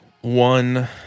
one